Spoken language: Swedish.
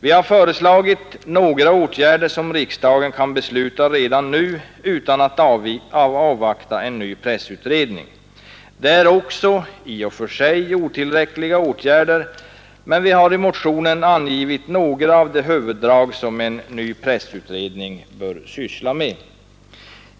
Vi har föreslagit några åtgärder som riksdagen kan besluta om redan nu — utan att avvakta en ny pressutredning. Det är i och för sig otillräckliga åtgärder, men vi har också i motionen angivit några av de huvuddrag som en ny pressutredning bör syssla med.